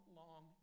long